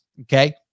Okay